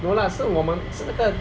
no lah 我们是那个